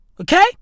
Okay